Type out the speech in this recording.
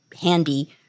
handy